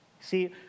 See